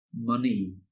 money